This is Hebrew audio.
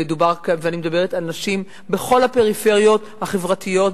ואני מדברת על נשים בכל הפריפריות החברתיות,